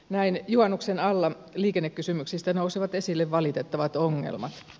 näin juhannuksen alla liikennekysymyksistä nousevat esille valitettavat ongelmat